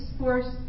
force